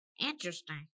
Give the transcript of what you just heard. interesting